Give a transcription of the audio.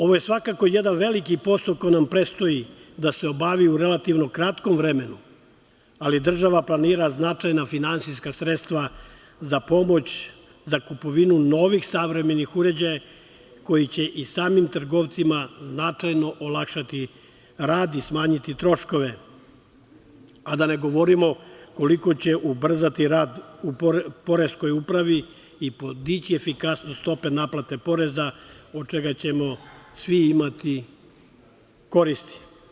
Ovo je svakako jedan veliki posao koji nam predstoji da se obavi u relativno kratkom vremenu, ali država planira značajna finansijska sredstva za pomoć, za kupovinu novih savremenih uređaja, koji će i samim trgovcima značajno olakšati rad i smanjiti troškove, a da ne govorimo koliko će ubrzati rad poreskoj upravi i podići efikasnost stope naplate poreza, od čega ćemo svi imati koristi.